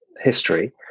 history